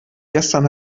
gestern